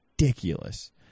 ridiculous